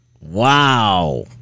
Wow